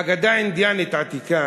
אגדה אינדיאנית עתיקה